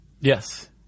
Yes